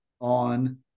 on